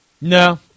No